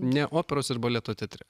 ne operos ir baleto teatre